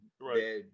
right